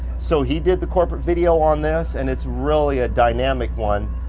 so he did the corporate video on this, and it's really a dynamic one.